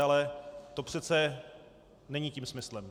Ale to přece není tím smyslem.